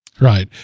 Right